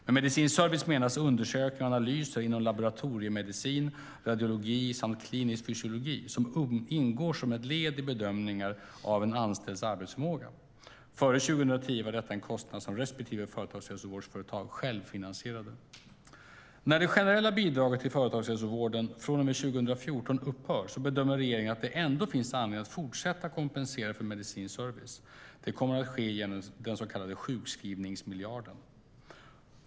Med medicinsk service menas undersökningar och analyser inom laboratoriemedicin, radiologi samt klinisk fysiologi som ingår som ett led i bedömningar av en anställds arbetsförmåga. Före 2010 var detta en kostnad som respektive företagshälsovårdsföretag själv finansierade. När det generella bidraget till företagshälsovården från och med 2014 upphör bedömer regeringen att det ändå finns anledning att fortsätta kompensera för medicinsk service. Det kommer att ske genom den så kallade sjukskrivningsmiljarden.